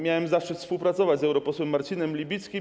Miałem zaszczyt współpracować z europosłem Marcinem Libickim.